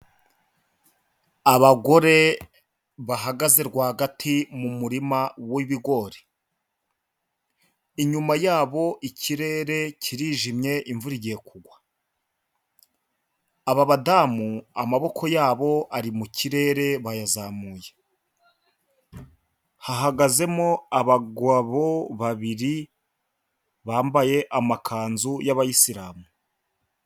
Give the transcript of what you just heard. Abagore bahagaze rwagati mu murima w'ibigori. Inyuma y'abo, ikirere kirijimye imvura kugwa. Aba badamu amaboko yabo ari mu kirere bayazamuye. Hahagazemo abagabo babiri bambaye amakanzu y'abayisilamu.